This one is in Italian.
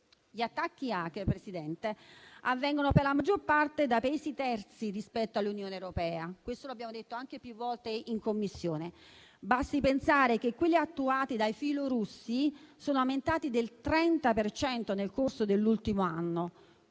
Gli attacchi *hacker*, signor Presidente, avvengono per la maggior parte da Paesi terzi rispetto all'Unione europea. Questo lo abbiamo detto anche più volte in Commissione. Basti pensare che quelli attuati dai filorussi sono aumentati del 30 per cento nel corso dell'ultimo anno.